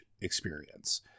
experience